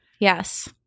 Yes